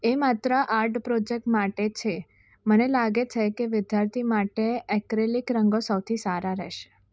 એ માત્ર art project માટે છે મને લાગે છે કે વિદ્યાર્થી માટે એક્રિલિક રંગો સૌથી સારા રહેશે